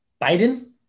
Biden